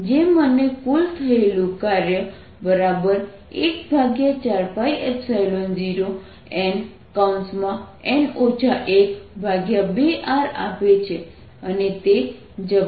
જે મને કુલ થયેલું કાર્ય 14π0N 2Rઆપે છે અને તે જવાબ છે